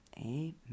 amen